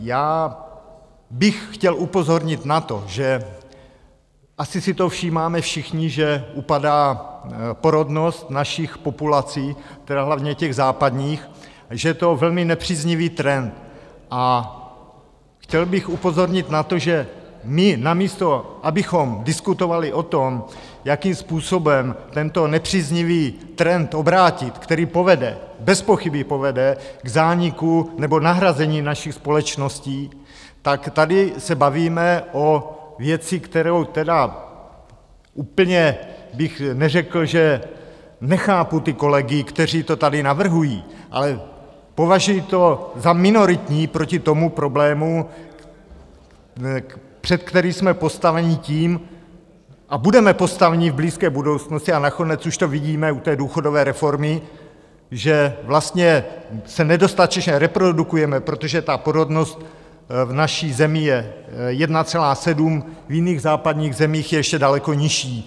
Já bych chtěl upozornit na to, že asi si toho všímáme všichni, že upadá porodnost našich populací, tedy hlavně těch západních, že je to velmi nepříznivý trend, a chtěl bych upozornit na to, že my namísto abychom diskutovali o tom, jakým způsobem tento nepříznivý trend obrátit, který povede, bezpochyby povede k zániku nebo nahrazení našich společností, tak se tady bavíme o věci, kterou tedy úplně bych neřekl, že nechápu ty kolegy, kteří to tady navrhují, ale považuji to za minoritní proti tomu problému, před který jsme postaveni tím, a budeme postaveni v blízké budoucnosti a nakonec už to vidíme u důchodové reformy, že vlastně se nedostatečně reprodukujeme, protože porodnost v naší zemi je 1,7, v jiných západních zemích je ještě daleko nižší.